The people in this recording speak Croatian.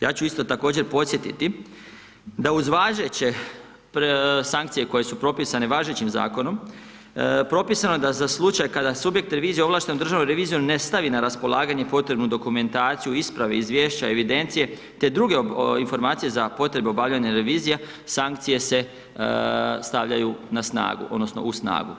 Ja ću isto također podsjetiti da uz važeće sankcije koje su propisane važećim zakonom, propisano je da za slučaj kada subjekt revizije ovlašten Državnu reviziju ne stavi na raspolaganje potrebnu dokumentaciju o ispravi, izvješća, evidencije, te druge informacije za potrebe obavljanje revizija, sankcije se stavljaju na snagu, odnosno, u snagu.